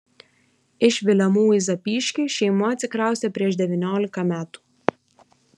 iš vilemų į zapyškį šeima atsikraustė prieš devyniolika metų